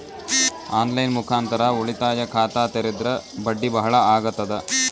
On line ಮುಖಾಂತರ ಉಳಿತಾಯ ಖಾತ ತೇರಿದ್ರ ಬಡ್ಡಿ ಬಹಳ ಅಗತದ?